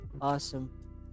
Awesome